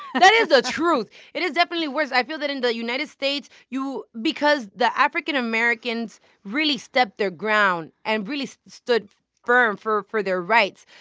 that is the truth. it is definitely worse. i feel that in the united states, you because the african-americans really stepped their ground and stood firm for for their rights,